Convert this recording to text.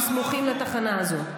שיהיו סמוכים לתחנה הזאת.